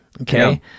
okay